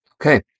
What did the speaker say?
Okay